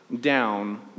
down